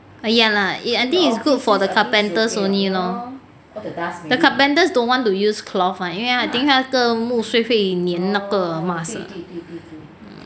but ya lah I think it's good for the carpenters only lor the carpenters don't want to use cloth [one] 因为 I think 那个木碎会粘那个 mask